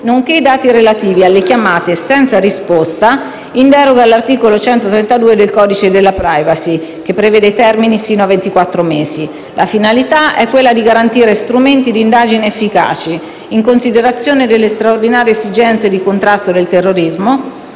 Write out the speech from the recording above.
nonché i dati relativi alle chiamate senza risposta, in deroga all'articolo 132 del codice della *privacy*, che prevede termini sino a ventiquattro mesi. La finalità è quella di garantire strumenti di indagine efficaci in considerazione delle straordinarie esigenze di contrasto del terrorismo